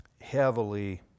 heavily